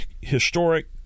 historic